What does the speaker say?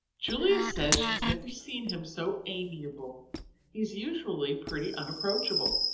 julia says she has never seen him so amiable he's usually pretty unapproachable.